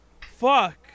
Fuck